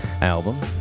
album